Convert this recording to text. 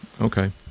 Okay